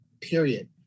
period